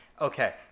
Okay